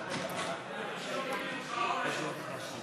בפני ועדה רפואית לשם קבלת פטור ממס),